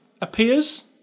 appears